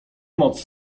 moc